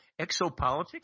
exopolitics